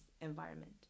environment